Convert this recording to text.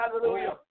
hallelujah